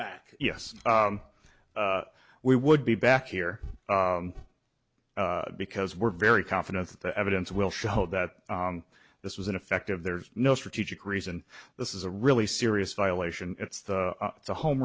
back yes we would be back here because we're very confident that the evidence will show that this was an effective there's no strategic reason this is a really serious violation it's the it's a home